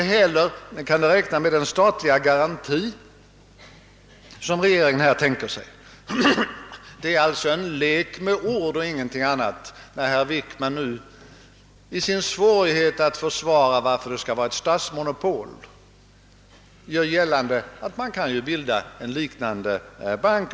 När dessa anspråk blev alltför groteska framlade regeringen förslaget om en bank för långfristiga riskabla krediter — en statsbank med monopol inom detta område av kreditmarknaden.